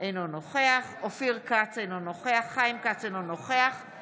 כי ילד שאיננו מחוסן ובא במגע עם חולה נכנס לשבעה ימי בידוד,